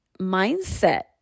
mindset